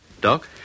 Doc